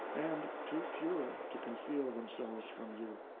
and too pure, to conceal themselves from you.